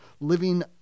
living